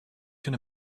can